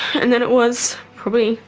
and then it was probably